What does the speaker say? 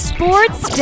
Sports